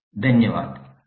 Thank you धन्यवाद